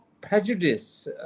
prejudice